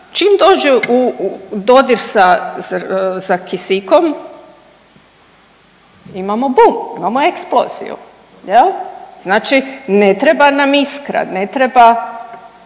čim dođe u dodir sa kisikom imamo bum, imamo eksploziju. Znači ne treba nam iskra, ne treba,